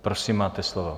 Prosím, máte slovo.